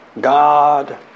God